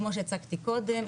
כמו שהצגתי קודם,